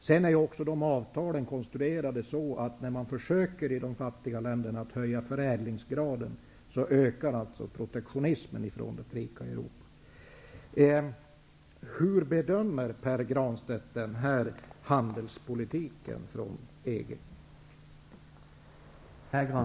Dessa avtal är också konstruerade så att när man i de fattiga länderna försöker höja förädlingsgraden, så ökar protektionismen från det rika Europa. Hur bedömer Pär Granstedt den här handelspolitiken från EG:s sida?